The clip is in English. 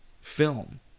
film